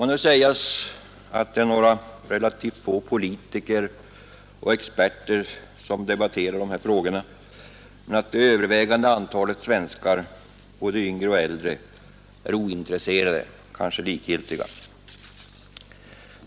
Man hör sägas att det är några relativt få politiker och experter som debatterar dessa frågor men att det övervägande antalet svenskar, både yngre och äldre, är ointresserade, kanske likgiltiga.